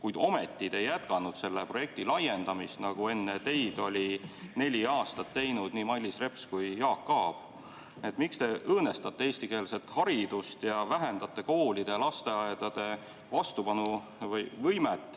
Kuid ometi te ei jätkanud selle projekti laiendamist, nagu enne teid olid neli aastat teinud nii Mailis Reps kui ka Jaak Aab. Miks te õõnestate eestikeelset haridust ja vähendate koolide-lasteaedade võimet